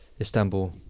Istanbul